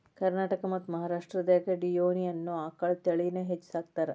ಕರ್ನಾಟಕ ಮತ್ತ್ ಮಹಾರಾಷ್ಟ್ರದಾಗ ಡಿಯೋನಿ ಅನ್ನೋ ಆಕಳ ತಳಿನ ಹೆಚ್ಚ್ ಸಾಕತಾರ